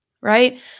right